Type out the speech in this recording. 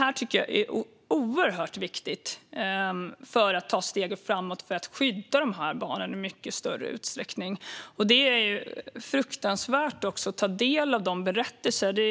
Detta tycker jag är oerhört viktigt för att ta steg framåt för att skydda dessa barn i mycket större utsträckning. Det är fruktansvärt att ta del av de berättelser som finns.